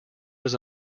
was